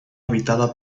habitada